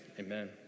amen